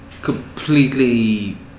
Completely